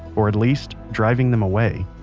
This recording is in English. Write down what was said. or at least, driving them away.